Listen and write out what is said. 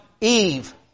Eve